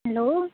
hello